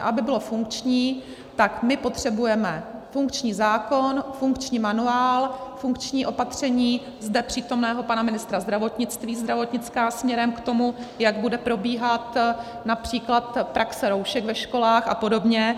A aby bylo funkční, tak my potřebujeme funkční zákon, funkční manuál, funkční opatření zde přítomného pana ministra zdravotnictví, zdravotnická, směrem k tomu, jak bude probíhat například ta praxe roušek ve školách a podobně.